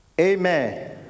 amen